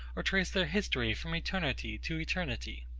or trace their history from eternity to eternity?